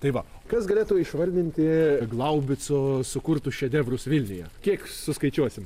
tai va o kas galėtų išvardinti glaubico sukurtus šedevrus vilniuje kiek suskaičiuosim